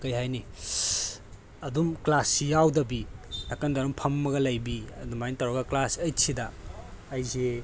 ꯀꯩ ꯍꯥꯏꯅꯤ ꯑꯗꯨꯝ ꯀ꯭ꯂꯥꯁꯁꯦ ꯌꯥꯎꯗꯕꯤ ꯅꯥꯀꯟꯗ ꯑꯗꯨꯝ ꯐꯝꯃꯒ ꯂꯩꯕꯤ ꯑꯗꯨꯃꯥꯏꯅ ꯇꯧꯔꯒ ꯀ꯭ꯂꯥꯁ ꯑꯩꯠꯁꯤꯗ ꯑꯩꯁꯦ